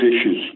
issues